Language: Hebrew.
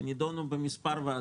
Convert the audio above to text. שנדונו במספר ועדות.